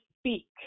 speak